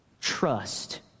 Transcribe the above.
trust